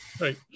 right